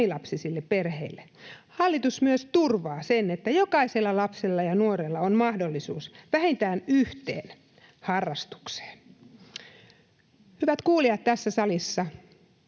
monilapsisille perheille. Hallitus myös turvaa sen, että jokaisella lapsella ja nuorella on mahdollisuus vähintään yhteen harrastukseen. Hyvät kuulijat tässä salissa,